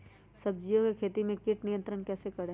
सब्जियों की खेती में कीट नियंत्रण कैसे करें?